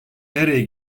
nereye